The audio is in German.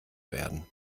werden